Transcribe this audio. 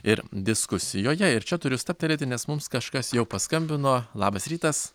ir diskusijoje ir čia turiu stabtelėti nes mums kažkas jau paskambino labas rytas